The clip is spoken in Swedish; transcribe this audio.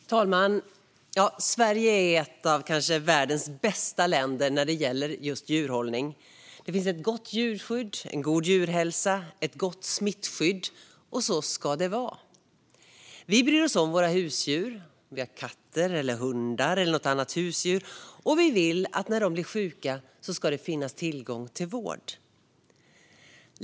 Fru talman! Sverige är kanske ett av världens bästa länder när det gäller just djurhållning. Här finns ett gott djurskydd, en god djurhälsa och ett gott smittskydd. Och så ska det vara. Vi bryr oss om våra husdjur; det är katter, hundar eller något annat husdjur. Och när de blir sjuka vill vi att det ska finnas tillgång till vård.